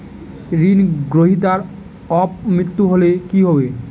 ঋণ গ্রহীতার অপ মৃত্যু হলে কি হবে?